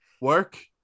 work